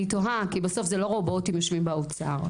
כי בסוף זה לא רובוטים יושבים באוצר.